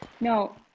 No